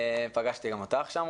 פגשתי גם אותך שם,